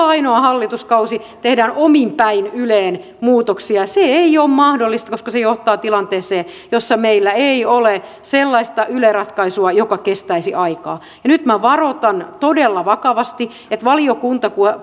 ainoa hallituskausi tehdään omin päin yleen muutoksia se ei ole mahdollista koska se johtaa tilanteeseen jossa meillä ei ole sellaista yle ratkaisua joka kestäisi aikaa ja nyt minä varoitan todella vakavasti toivon todella että valiokunnassa